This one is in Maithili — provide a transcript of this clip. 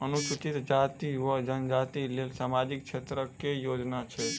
अनुसूचित जाति वा जनजाति लेल सामाजिक क्षेत्रक केँ योजना छैक?